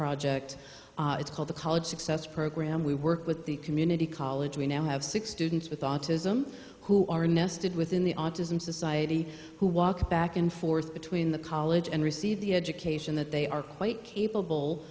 project it's called the college success program we work with the community college we now have six students with autism who are nested within the autism society who walk back and forth between the college and receive the education that they are quite capable